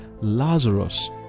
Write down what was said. Lazarus